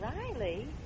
Riley